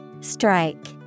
Strike